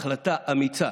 החלטה אמיצה